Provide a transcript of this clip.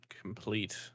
complete